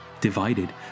Divided